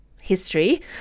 history